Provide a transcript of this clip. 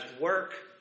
work